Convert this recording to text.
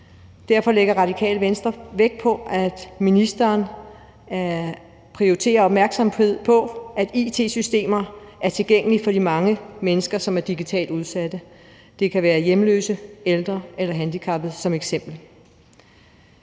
Derfor lægger Radikale Venstre vægt på, at ministeren prioriterer opmærksomhed på, at it-systemerne er tilgængelige for de mange mennesker, som er digitalt udsatte – det kan eksempelvis være hjemløse, ældre eller handicappede. Vi bemærker